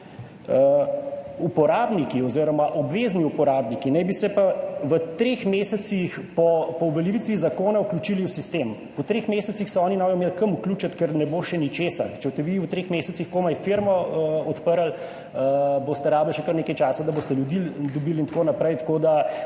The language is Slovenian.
uporabniki oziroma obvezni uporabniki naj bi se pa v treh mesecih po uveljavitvi zakona vključili v sistem. Po treh mesecih se oni ne bodo imeli kam vključiti, ker ne bo še ničesar. Če boste vi v treh mesecih komaj firmo odprli, boste rabili še kar nekaj časa, da boste ljudi dobili, in tako naprej. Tako mi